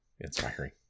inspiring